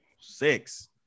six